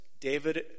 David